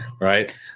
right